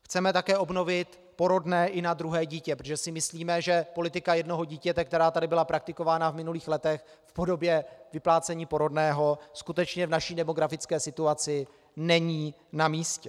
Chceme také obnovit porodné i na druhé dítě, protože si myslíme, že politika jednoho dítěte, která tady byla praktikována v minulých letech v podobě vyplácení porodného, skutečně v naší demografické situaci není namístě.